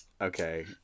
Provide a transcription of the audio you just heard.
Okay